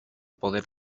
poder